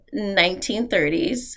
1930s